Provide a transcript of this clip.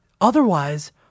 Otherwise